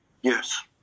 Yes